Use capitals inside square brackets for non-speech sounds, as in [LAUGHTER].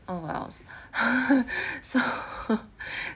oh well [LAUGHS] so